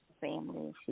family